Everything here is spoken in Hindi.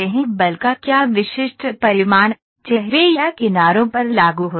बल का क्या विशिष्ट परिमाण चेहरे या किनारों पर लागू होता है